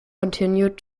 continued